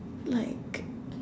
like